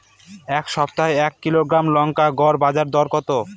এই সপ্তাহে এক কিলোগ্রাম লঙ্কার গড় বাজার দর কত?